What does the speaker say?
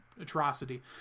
atrocity